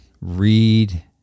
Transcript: read